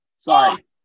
Sorry